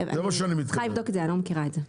אני צריכה לבדוק את זה, אני לא מכירה את זה.